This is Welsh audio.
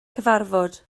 cyfarfod